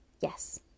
Yes